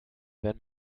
wenn